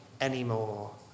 anymore